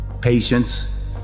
patience